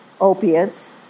opiates